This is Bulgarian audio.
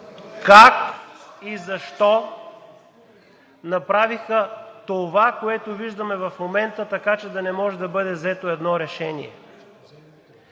Как и защо направиха това, което виждаме в момента, така че да не може да бъде взето едно решение?